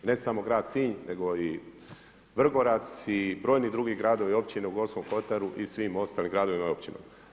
Ne samo grad Sinj nego i Vrgorac i brojni drugi gradovi i općine u Gorskom kotaru i svim ostalim gradovima i općinama.